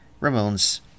Ramones